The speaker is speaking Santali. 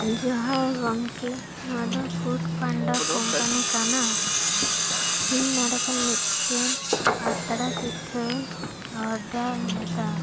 ᱡᱚᱦᱟᱨ ᱜᱚᱢᱠᱮ ᱱᱚᱣᱟ ᱫᱚ ᱯᱷᱩᱴ ᱯᱟᱱᱰᱟ ᱠᱳᱢᱯᱟᱱᱤ ᱠᱟᱱᱟ ᱤᱧ ᱱᱚᱰᱮ ᱠᱷᱚᱱ ᱢᱤᱫᱴᱮᱱ ᱯᱟᱛᱲᱟ ᱯᱤᱴᱷᱟᱹᱧ ᱳᱰᱟᱨ ᱞᱮᱫᱟ